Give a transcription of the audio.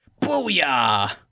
Booyah